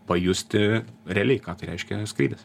pajusti realiai ką tai reiškia skrydis